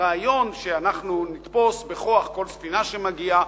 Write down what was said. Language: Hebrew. הרעיון שאנחנו נתפוס בכוח כל ספינה שמגיעה